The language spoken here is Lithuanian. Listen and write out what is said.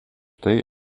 tai